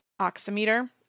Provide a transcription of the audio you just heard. oximeter